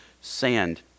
sand